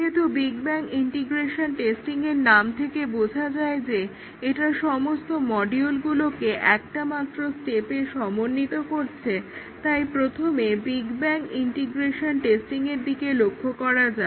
যেহেতু big bang integration টেস্টিংয়ের নাম থেকে বোঝা যায় যে এটা সমস্ত মডিউলগুলোকে একটামাত্র স্টেপে সমন্বিত করছে তাই প্রথমে বিগ ব্যাং ইন্টিগ্রেশন টেস্টিংয়ের দিকে লক্ষ্য করা যাক